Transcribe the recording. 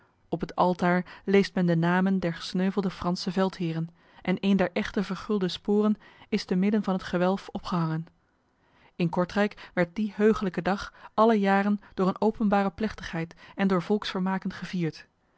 op het altaar leest men de namen der gesneuvelde franse veldheren en een der echte vergulde sporen is te midden van het gewelf opgehangen in kortrijk werd die heugelijke dag alle jaren door een openbare plechtigheid en door volksvermaken gevierd